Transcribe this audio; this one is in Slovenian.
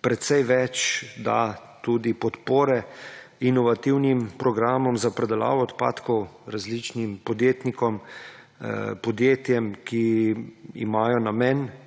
precej več da tudi podpore inovativnim programom za predelavo odpadkov različnim podjetnikom, podjetjem, ki imajo namen